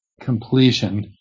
completion